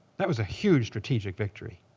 that was a huge strategic victory.